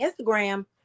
instagram